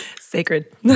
sacred